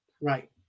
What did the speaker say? Right